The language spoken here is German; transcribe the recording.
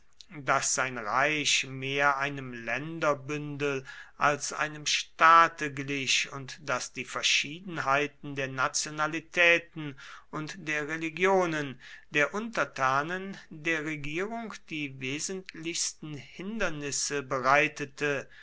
daß sein reich mehr einem länderbündel als einem staate glich und daß die verschiedenheiten der nationalitäten und der religionen der untertanen der regierung die wesentlichsten hindernisse bereitete